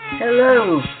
Hello